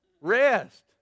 Rest